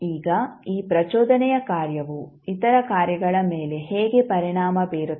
ಈಗ ಈ ಪ್ರಚೋದನೆಯ ಕಾರ್ಯವು ಇತರ ಕಾರ್ಯಗಳ ಮೇಲೆ ಹೇಗೆ ಪರಿಣಾಮ ಬೀರುತ್ತದೆ